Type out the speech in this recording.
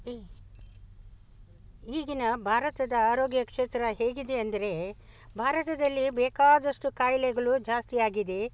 ಈ ಈಗಿನ ಭಾರತದ ಆರೋಗ್ಯ ಕ್ಷೇತ್ರ ಹೇಗಿದೆ ಅಂದರೆ ಭಾರತದಲ್ಲಿ ಬೇಕಾದಷ್ಟು ಕಾಯಿಲೆಗ್ಳು ಜಾಸ್ತಿ ಆಗಿದೆ